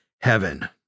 heaven